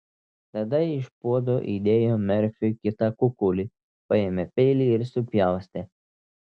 tada iš puodo įdėjo merfiui kitą kukulį paėmė peilį ir supjaustė